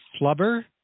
flubber